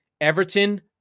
Everton